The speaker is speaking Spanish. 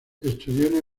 estudió